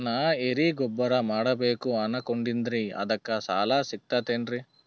ನಾ ಎರಿಗೊಬ್ಬರ ಮಾಡಬೇಕು ಅನಕೊಂಡಿನ್ರಿ ಅದಕ ಸಾಲಾ ಸಿಗ್ತದೇನ್ರಿ?